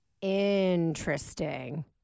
interesting